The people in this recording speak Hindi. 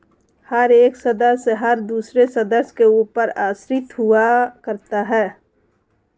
हर एक सदस्य हर दूसरे सदस्य के ऊपर आश्रित हुआ करता है